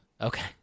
Okay